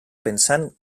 pensat